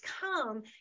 come